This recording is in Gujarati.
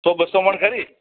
તો બસો મણ ખરી